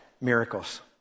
miracles